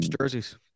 jerseys